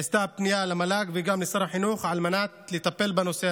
נעשתה פנייה למל"ג וגם לשר החינוך על מנת לטפל בנושא